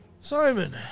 Simon